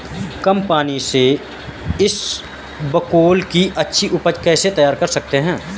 कम पानी से इसबगोल की अच्छी ऊपज कैसे तैयार कर सकते हैं?